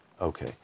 Okay